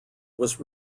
was